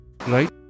right